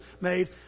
made